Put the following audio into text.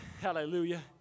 Hallelujah